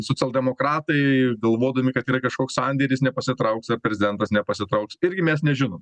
socialdemokratai galvodami kad yra kažkoks sandėris nepasitrauks ar prezidentas nepasitrauks irgi mes nežinom